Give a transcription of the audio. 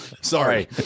sorry